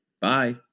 Bye